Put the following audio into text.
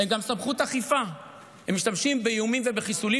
הם גם סמכות אכיפה: הם משתמשים באיומים ובחיסולים,